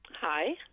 Hi